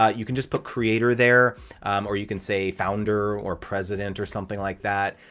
ah you can just put creator there or you can say founder or president or something like that.